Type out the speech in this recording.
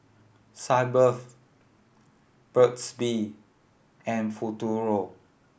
Sitz Bath Burt's Bee and Futuro